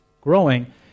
growing